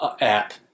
app